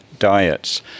Diets